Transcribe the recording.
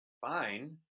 Fine